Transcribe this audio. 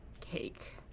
cake